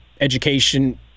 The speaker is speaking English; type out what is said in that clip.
education